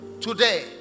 Today